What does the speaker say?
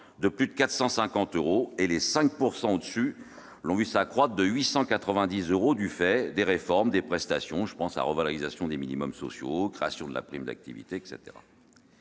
de plus de 450 euros et les 5 % de la tranche au-dessus l'ont vu s'accroître de 890 euros du fait des réformes des prestations- revalorisation des minima sociaux, création de la prime d'activité, etc.